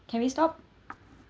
okay can we stop